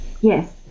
Yes